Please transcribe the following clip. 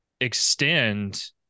extend